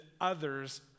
others